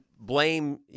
blame